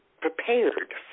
prepared